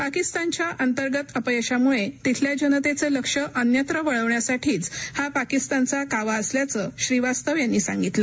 पाकिस्तानच्या अंतर्गत अपयशामुळे तिथल्या जनतेचं लक्ष अन्यत्र वळवण्यासाठीचा हा पाकिस्तानचा कावा असल्याचं श्रीवास्तव यांनी सांगितलं